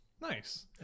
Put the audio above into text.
Nice